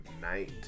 night